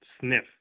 sniff